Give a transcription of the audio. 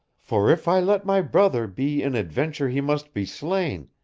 for if i let my brother be in adventure he must be slain,